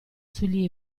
sugli